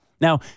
Now